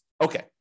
Okay